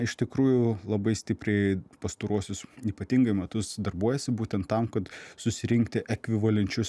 iš tikrųjų labai stipriai pastaruosius ypatingai metus darbuojasi būtent tam kad susirinkti ekvivalenčius